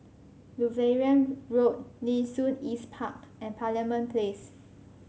Lutheran Road Nee Soon East Park and Parliament Place